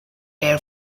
air